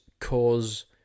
cause